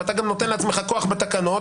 ואתה גם נותן לעצמך כוח בתקנות,